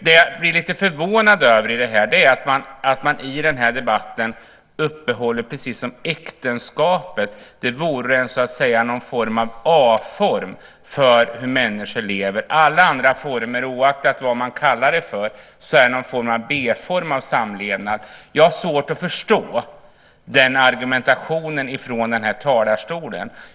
Det jag blir lite förvånad över är att man i den här debatten talar om äktenskapet precis som om det vore någon A-form för hur människor lever. Alla andra former, oaktat vad man kallar dem, är någon B-form av samlevnad. Jag har svårt att förstå den argumentationen från den här talarstolen.